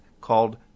called